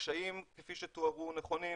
הקשיים, כפי שתוארו, נכונים.